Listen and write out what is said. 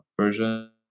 version